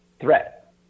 threat